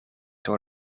door